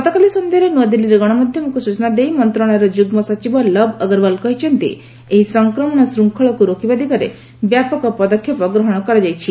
ଗତକାଲି ସନ୍ଧ୍ୟାରେ ନୂଆଦିଲ୍ଲୀରେ ଗଣମାଧ୍ୟମକୁ ସୂଚନା ଦେଇ ମନ୍ତ୍ରଶାଳୟର ଯୁଗ୍ମ ସଚିବ ଲବ୍ ଅଗ୍ରୱାଲ କହିଛନ୍ତି ଏହି ସଂକ୍ରମଣ ଶୃଙ୍ଖଳକୁ ରୋକିବା ଦିଗରେ ବ୍ୟାପକ ପଦକ୍ଷେପ ଗ୍ରହଣ କରାଯାଇଛି